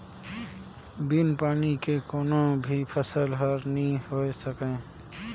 बिन पानी के कोनो भी फसल हर नइ होए सकय